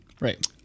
Right